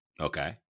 Okay